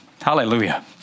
Hallelujah